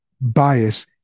bias